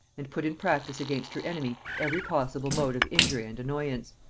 and put in practice against her enemy every possible mode of injury and annoyance.